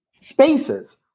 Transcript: spaces